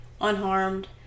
unharmed